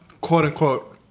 quote-unquote